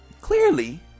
clearly